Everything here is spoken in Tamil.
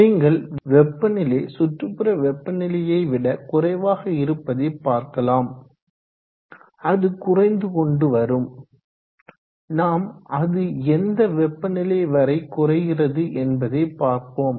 நீங்கள் வெப்பநிலை சுற்றுப்புற வெப்பநிலையை விட குறைவாக இருப்பதை பார்க்கலாம் அது குறைந்து கொண்டு வரும் நாம் அது எந்த வெப்ப நிலை வரை குறைகிறது என்பதை பார்ப்போம்